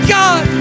god